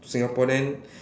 Singapore then